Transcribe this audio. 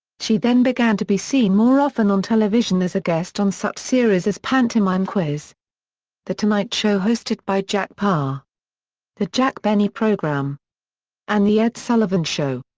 she then began to be seen more often on television as a guest on such series as pantomime quiz the tonight show hosted by jack paar the jack benny program and the ed sullivan show.